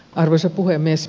arvoisa puhemies